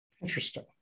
Interesting